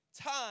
time